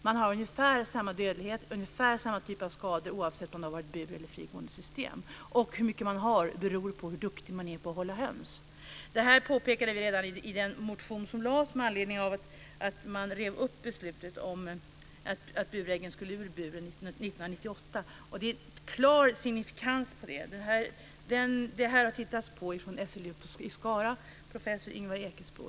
Man har ungefär samma dödlighet, ungefär samma typ av skador oavsett om det har varit bur eller frigåendesystem. Hur mycket beror på hur duktig man är på att hålla höns. Det här påpekade vi redan i den motion som väcktes med anledning av att man rev upp beslutet om att burhönsen skulle ut ur buren 1998. Det ger en klar signifikans. Det här har tittats på av SLU i Skara, av professor Ingvar Ekesbo.